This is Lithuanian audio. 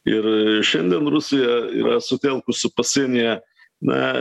ir šiandien rusija yra sutelkusi pasienyje na